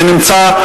שנמצא,